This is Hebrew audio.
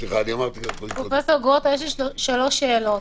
פרופ' גרוטו, יש לי שלוש שאלות.